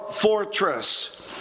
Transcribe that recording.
fortress